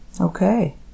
Okay